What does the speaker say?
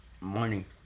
money